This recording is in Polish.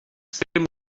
pstrym